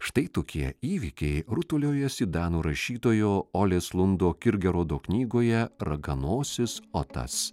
štai tokie įvykiai rutuliojosi danų rašytojo olės lundo kirgerodo knygoje raganosis otas